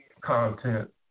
content